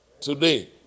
today